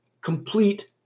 complete